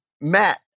Matt